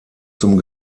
zum